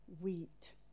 wheat